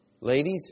Ladies